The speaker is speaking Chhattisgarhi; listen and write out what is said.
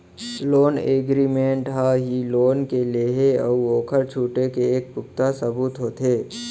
लोन एगरिमेंट ह ही लोन के लेहे अउ ओखर छुटे के एक पुखता सबूत होथे